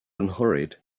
unhurried